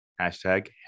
Hashtag